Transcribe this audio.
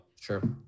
Sure